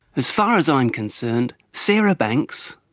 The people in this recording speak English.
as far as i'm concerned, sarah banks,